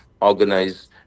organize